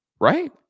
right